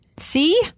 See